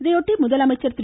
இதையொட்டி முதலமைச்சர் திரு